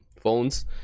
phones